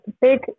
big